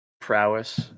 prowess